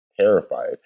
terrified